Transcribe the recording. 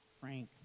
Frank